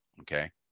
okay